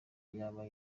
yaba